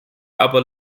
aber